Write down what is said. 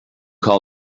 call